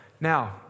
now